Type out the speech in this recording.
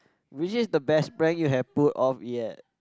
which is the best prank you have pulled off yet